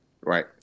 Right